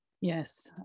Yes